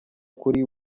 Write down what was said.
kuri